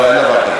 לא, אין דבר כזה.